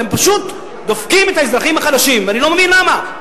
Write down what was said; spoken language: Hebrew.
אתם פשוט דופקים את האזרחים החלשים ואני לא מבין למה.